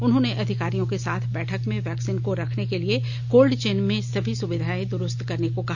उन्होंने अधिकारियों के साथ बैठक में वैक्सीन को रखने के लिए कोल्ड चेन में सभी सुविधाएं दुरुस्त रखने को कहा